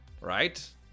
right